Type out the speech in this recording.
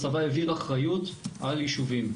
הצבא העביר אחריות על יישובים,